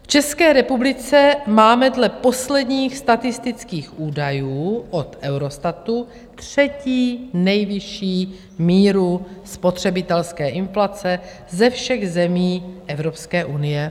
V České republice máme dle posledních statistických údajů od Eurostatu třetí nejvyšší míru spotřebitelské inflace ze všech zemí Evropské unie.